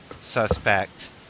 suspect